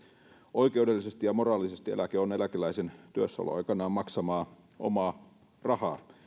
oikeudellisesti ja moraalisesti eläke on eläkeläisen työssäoloaikanaan maksamaa omaa rahaa